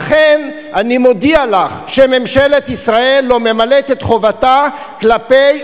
לכן אני מודיע לך שממשלת ישראל לא ממלאת את חובתה כלפי